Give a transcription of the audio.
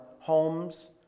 homes